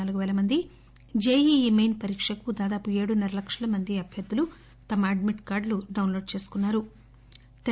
నాలుగు పేల మంది జెఇఇ మెయిన్ పరీక్షకు దాదాపు ఏడున్న ర లక్షల మంది అభ్వర్దులు తమ అడ్మిట్ కార్గులు ఇంతవరకూ డౌన్లోడ్ చేసుకున్నా రు